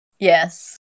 Yes